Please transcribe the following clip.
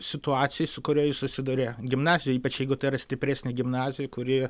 situacija su kuriais susiduria gimnazijoj ypač jeigu tai yra stipresnė gimnazija kuri